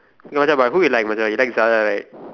okay Macha who you like Macha you like Zara right